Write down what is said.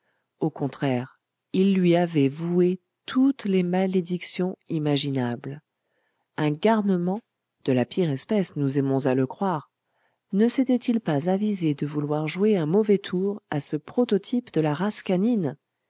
au contraire ils lui avaient voué toutes les malédictions imaginables un garnement de la pire espèce nous aimons à le croire ne s'était-il pas avisé de vouloir jouer un mauvais tour à ce prototype de la race canine